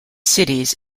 cities